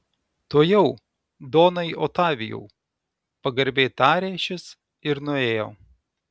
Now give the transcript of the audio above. tuojau donai otavijau pagarbiai tarė šis ir nuėjo